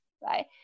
right